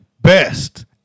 best